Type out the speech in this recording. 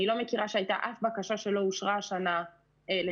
אני לא מכירה שהייתה אף בקשה שלא אושרה השנה לתקציב,